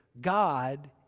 God